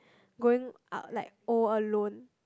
growing ou~ like old alone